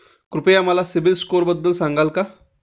कृपया मला सीबील स्कोअरबद्दल सांगाल का?